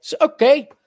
okay